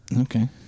Okay